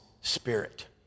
spirit